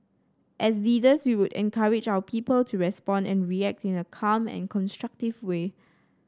as leaders we would encourage our people to respond and react in a calm and constructive way